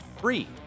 free